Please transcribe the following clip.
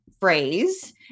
phrase